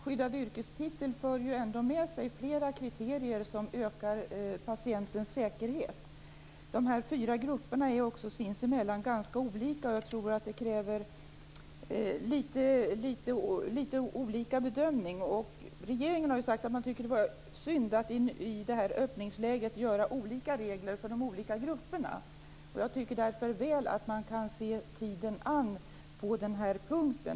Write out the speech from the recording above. Skyddad yrkestitel för ju ändå med sig flera kriterier som ökar patientens säkerhet. Dessa fyra grupper är också sinsemellan ganska olika, och jag tror att det krävs litet olika bedömning. Regeringen har sagt att man tycker att det vore synd att i öppningsläget göra olika regler för de olika grupperna. Jag tycker därför att man mycket väl kan se tiden an.